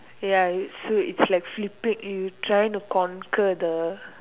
ya it so its like flipping you trying to conquer the